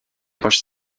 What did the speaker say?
roches